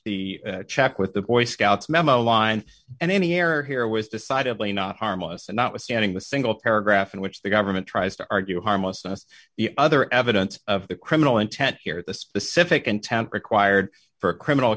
the check with the boy scouts memo line and any error here was decidedly not harmless and notwithstanding the single paragraph in which the government tries to argue harmlessness the other evidence of the criminal intent here the specific intent required for a criminal